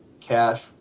cash